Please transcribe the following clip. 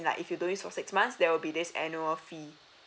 like if you don't use for six months there will be this annual fee